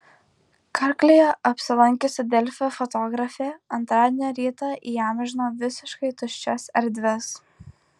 karklėje apsilankiusi delfi fotografė antradienio rytą įamžino visiškai tuščias erdves